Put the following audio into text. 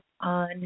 on